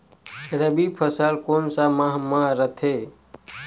रबी फसल कोन सा माह म रथे?